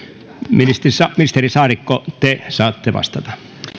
ministeri saarikko te saatte vastata